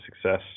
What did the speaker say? success